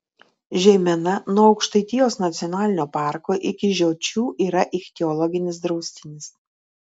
žeimena nuo aukštaitijos nacionalinio parko iki žiočių yra ichtiologinis draustinis